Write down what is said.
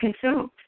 consumed